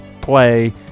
play